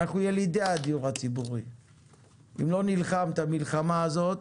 אנחנו ילידי הדיור הציבורי ואם לא נלחם את המלחמה הזאת,